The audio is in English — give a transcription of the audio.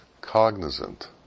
cognizant